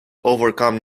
overcome